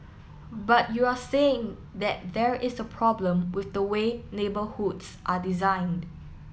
but you're saying that there is a problem with the way neighbourhoods are designed